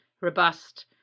robust